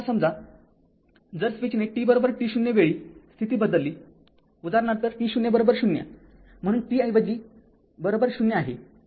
आता समजा जर स्विचने t t0 वेळी स्थिती बदलली उदाहरणार्थ t00 म्हणून t ऐवजी ० आहे